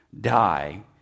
die